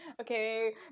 okay